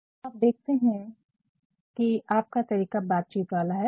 अब आप देखते है की आप का तरीका बातचीत वाला है